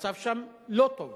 המצב שם לא טוב,